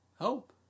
Hope